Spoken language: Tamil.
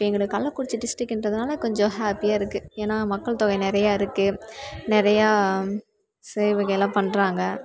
எங்களுக்கு கள்ளக்குறிச்சி டிஸ்ட்ரிக்ங்குறதுனால கொஞ்சம் ஹாப்பியாக இருக்கு ஏன்னா மக்கள் தொகை நிறையா இருக்கு நிறையா சேவைகளாம் பண்ணுறாங்க